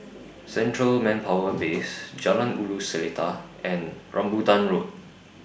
Central Manpower Base Jalan Ulu Seletar and Rambutan Road